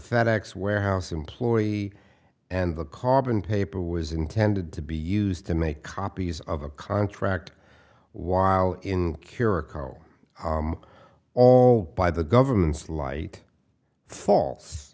offense x warehouse employee and the carbon paper was intended to be used to make copies of a contract while in cura call all by the governments light false